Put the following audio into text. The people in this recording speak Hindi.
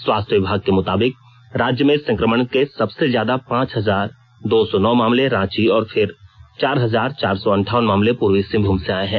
स्वास्थ्य विभाग के मुताबिक राज्य में संक्रमण के सबसे ज्यादा पांच हजार दो सौ नौ मामले रांची और फिर चार हजार चार सौ अंठावन मामले पूर्वी सिंहभूम से आए हैं